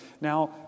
Now